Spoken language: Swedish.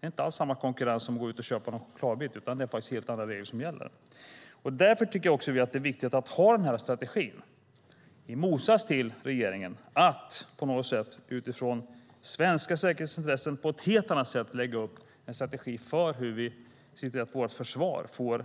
Det är inte alls samma konkurrens som när man går ut och köper en chokladbit, utan det är helt andra regler som gäller. Därför tycker vi att det är viktigt att ha den här strategin, i motsats till regeringen, att utifrån svenska säkerhetsintressen på ett helt annat sätt lägga upp en strategi för hur vi ska se till att vårt försvar får